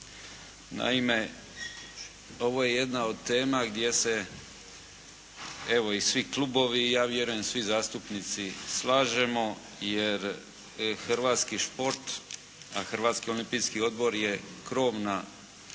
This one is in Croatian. Naime, ovo je jedna od tema gdje se evo i svi klubovi i ja vjerujem svi zastupnici slažemo jer hrvatski šport a Hrvatski olimpijski odbor je krovna